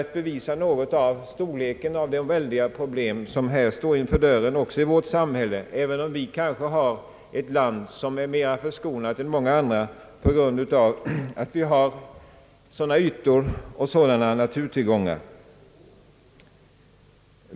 Jag säger detta för att bevisa storleken av de väldiga problem som står för dörren också i vårt samhälle, även om vårt land kanske är mera förskonat än många andra länder på grund av att vi har så stora ytor och så stora naturtillgångar.